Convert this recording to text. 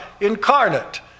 incarnate